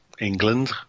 England